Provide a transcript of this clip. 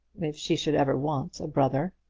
if she should ever want a brother.